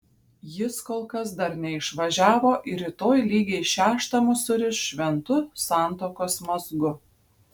jis kol kas dar neišvažiavo ir rytoj lygiai šeštą mus suriš šventu santuokos mazgu